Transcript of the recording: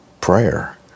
prayer